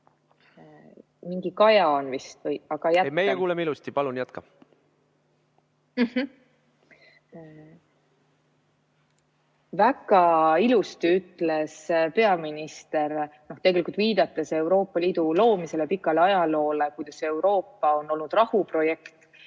ilusti. Palun jätka! Ei, meie kuuleme ilusti. Palun jätka! Väga ilusti ütles peaminister, tegelikult viidates Euroopa Liidu loomisele, selle pikale ajaloole, kuidas Euroopa on olnud rahuprojekt.